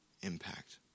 impact